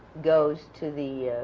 goes to the